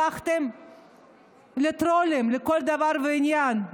הפכתם לטרולים לכל דבר ועניין,